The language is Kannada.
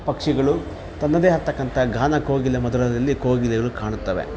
ಪಕ್ಷಿಗಳು ತನ್ನದೇ ಆದ್ತಕ್ಕಂಥ ಗಾನ ಕೋಗಿಲೆ ಮಧುರದಲ್ಲಿ ಕೋಗಿಲೆಗಳು ಕಾಣುತ್ತವೆ